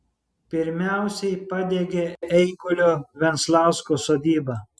pirmiausiai padegė eigulio venslausko sodybą